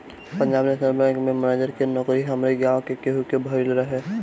Punjab national bank में manager के नोकरी हमारी गांव में केहू के भयल रहे